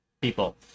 People